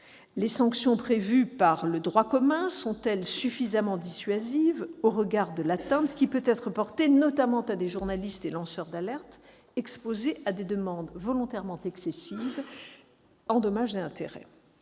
Les sanctions prévues par le droit commun sont-elles suffisamment dissuasives au regard de l'atteinte qui peut être portée, notamment, à l'encontre des journalistes et des lanceurs d'alerte exposés à des demandes volontairement excessives en dommages et intérêts ?